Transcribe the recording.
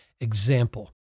example